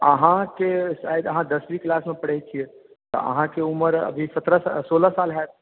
तऽ अहाँके शायद अहाँ दसवीं क्लास मे पढ़ै छियै तऽ अहाँके उमर अभी सत्रह सोलह साल होयत